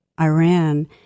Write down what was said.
Iran